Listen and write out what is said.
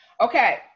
Okay